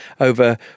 over